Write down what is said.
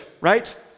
right